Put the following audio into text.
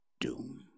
doom